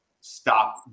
stop